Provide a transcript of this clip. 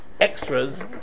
extras